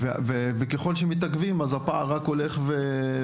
וככל שמתעכבים אז הפער רק הולך וגדל.